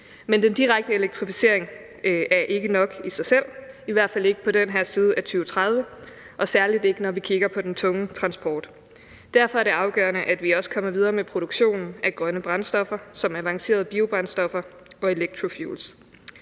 Men den direkte elektrificering er ikke nok i sig selv, i hvert fald ikke på den her side af 2030 og særlig ikke, når vi kigger på den tunge transport. Derfor er det afgørende, at vi også kommer videre med produktionen af grønne brændstoffer som avancerede biobrændstoffer og electrofuels.